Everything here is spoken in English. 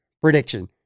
prediction